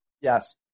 Yes